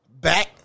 Back